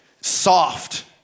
soft